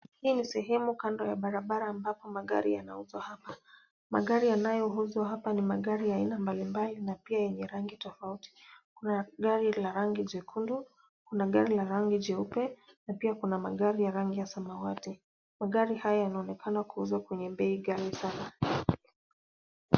Hii ni sehemu kando ya barabara ambapo magari yanuzwa hapa. Magari yanayo huzwa hapa ni magari ya aina mbalimbali na pia yenye rangi tofauti. Kuna gari la rangi nyekundu, kuna gari la rangi jeupe, na pia kuna magari ya rangi ya samawati. Magari haya yanaonekana kuuzwa kwenye bei ghali sana.